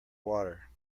water